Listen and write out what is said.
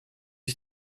ich